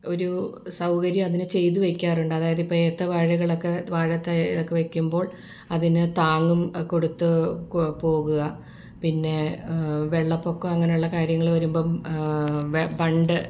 ഒരു സൗകര്യം അതിന് ചെയ്ത് വെയ്ക്കാറുണ്ട് അതായത് ഇപ്പം ഏത്തവാഴകളൊക്കെ വാഴ തൈയ്യൊക്കെ വെക്കുമ്പോൾ അതിന് താങ്ങും കൊടുത്ത് പോവുക പിന്നെ വെള്ളപൊക്കം അങ്ങനെയുള്ള കാര്യങ്ങള് വരുമ്പം ബണ്ട്